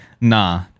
Nah